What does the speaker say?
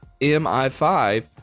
MI5